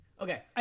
Okay